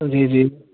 جی جی